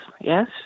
Yes